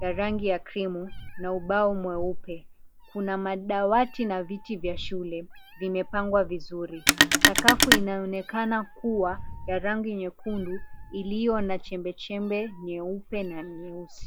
ya rangi ya cream na ubao mweupe. Kuna madawati na viti vya shule vimepangwa vizuri. Sakafu inayoonekana kuwa ya rangi nyekundu iliyo na chembechembe nyeupe na nyeusi.